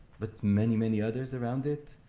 but many, many others around it,